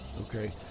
Okay